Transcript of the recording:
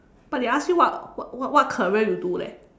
but they ask you what what what career you do leh